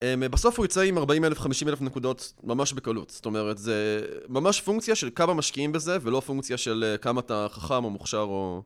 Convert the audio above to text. בסוף הוא יצא עם 40,000-50,000 נקודות ממש בקלות, זאת אומרת זה ממש פונקציה של כמה משקיעים בזה ולא פונקציה של כמה אתה חכם או מוכשר או...